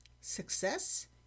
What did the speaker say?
success